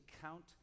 count